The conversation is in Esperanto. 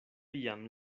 jam